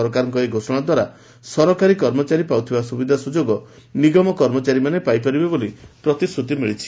ସରକାରଙ୍କର ଏହି ଘୋଷଣାଦ୍ୱାରା ସରକାରୀ କର୍ମଚାରୀ ପାଉଥିବା ସୁବିଧା ସୁଯୋଗ ନିଗମ କର୍ମଚାରୀମାନେ ପାଇବେ ବୋଲି ପ୍ରତିଶ୍ରତି ମିଳିଛି